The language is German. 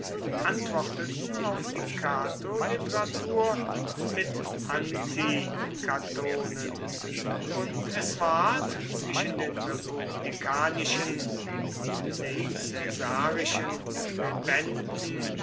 antworteten auf die catoliteratur mit anticatonen und es ward zwischen den republikanischen und den